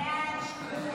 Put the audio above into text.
ההצעה